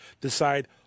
decide